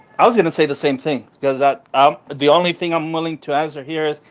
i was gonna say the same thing because that um the only thing i'm willing to answer here is,